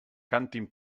cantin